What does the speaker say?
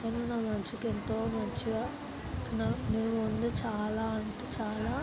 తను నా మనసుకి ఎంతో మంచిగా నా నేను చాలా అంటే చాలా